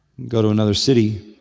go to another city.